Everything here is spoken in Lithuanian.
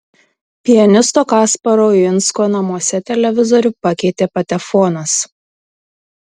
pianisto kasparo uinsko namuose televizorių pakeitė patefonas